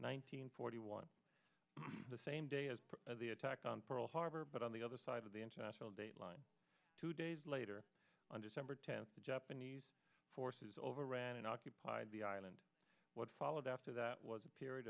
hundred one the same day as the attack on pearl harbor but on the other side of the international dateline two days later on december tenth the japanese forces overran an occupied the island what followed after that was a period